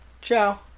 Ciao